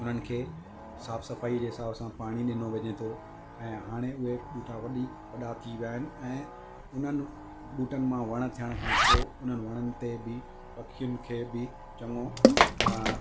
उन्हनि खे साफ़ु सफ़ाई जे हिसाब सां पाणी ॾियणो वञे थो ऐं हाणे उहे बूटा वॾी वॾा थी विया आहिनि ऐं उन्हनि बूटनि मां वण थियण खां पोइ उन्हनि वणनि ते बि पखियुनि खे बि चङो